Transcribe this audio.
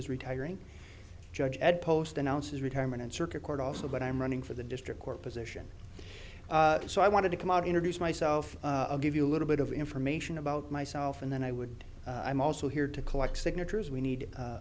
this retiring judge ed post announces retirement and circuit court also but i'm running for the district court position so i want to come out introduce myself i'll give you a little bit of information about myself and then i would also here to collect signatures we need a